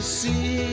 see